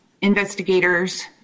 investigators